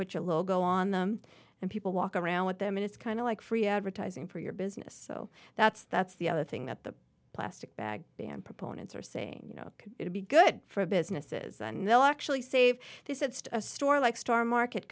put your logo on them and people walk around with them and it's kind of like free advertising for your business so that's that's the other thing that the plastic bag ban proponents are saying you know could be good for businesses and they'll actually save this it's a store like star market